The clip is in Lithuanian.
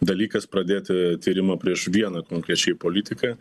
dalykas pradėti tyrimą prieš vieną konkrečiai politiką